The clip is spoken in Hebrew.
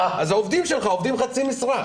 אז העובדים שלך עובדים בחצי משרה.